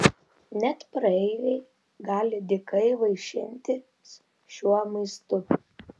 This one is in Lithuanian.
net praeiviai gali dykai vaišintis šiuo maistu